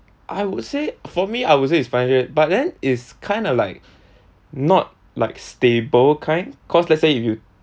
I would say for me I would say it's financial but then it's kind of like not like stable kind cause let's say if you